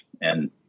And-